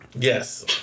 Yes